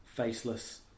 faceless